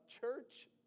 church